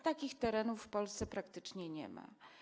Takich terenów w Polsce praktycznie nie ma.